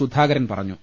സുധാകരൻ പറഞ്ഞു